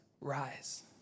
rise